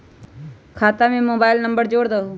खाता में mobile number जोड़ दहु?